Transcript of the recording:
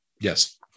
Yes